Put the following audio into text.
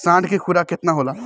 साढ़ के खुराक केतना होला?